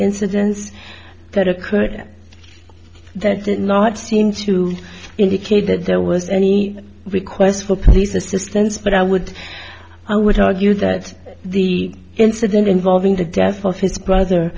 incidents that occurred that did not seem to indicate that there was any request for police assistance but i would i would argue that the incident involving the death of his brother